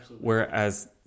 Whereas